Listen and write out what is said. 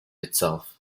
itself